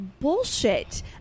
bullshit